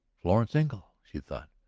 florence engle, she thought.